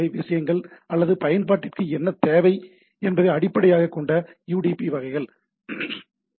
ஏ வகை விஷயங்கள் அல்லது பயன்பாட்டிற்கு என்ன தேவை என்பதை அடிப்படையாகக் கொண்ட யுடிபி வகை சேவைகள்